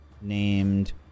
named